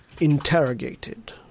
interrogated